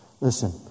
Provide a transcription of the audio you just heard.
Listen